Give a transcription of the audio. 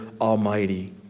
Almighty